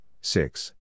six